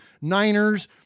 niners